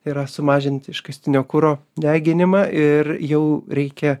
yra sumažinti iškastinio kuro deginimą ir jau reikia